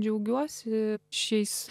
džiaugiuosi šiais